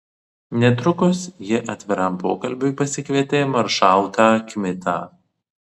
netrukus ji atviram pokalbiui pasikvietė maršalką kmitą